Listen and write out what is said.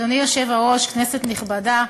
אדוני היושב-ראש, כנסת נכבדה,